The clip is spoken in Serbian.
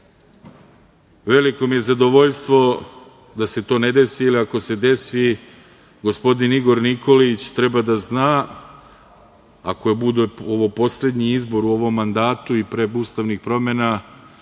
Veliko mi je zadovoljstvo da se to ne desi, jer ako se desi, gospodin Igor Nikolić treba da zna, ako bude ovo poslednji izbor u mandatu i pre ustavnih promena,